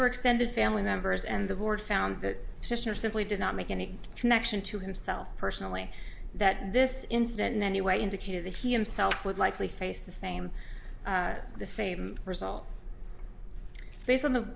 were extended family members and the board found that position or simply did not make any connection to himself personally that this incident in any way indicated that he himself would likely face the same the same result based on the